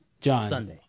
John